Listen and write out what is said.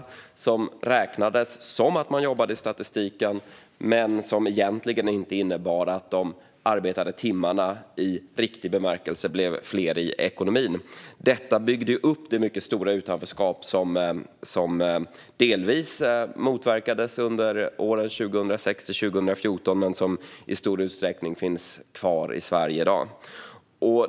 I statistiken räknades det som att man jobbade, men de arbetade timmarna, i riktig bemärkelse, blev inte fler i ekonomin. Detta byggde upp det mycket stora utanförskap som delvis motverkades under åren 2006-2014 men som i stor utsträckning finns kvar i Sverige än i dag.